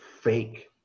fake